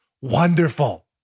wonderful